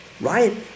right